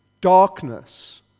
darkness